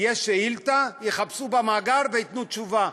תהיה שאילתה, יחפשו במאגר וייתנו תשובה.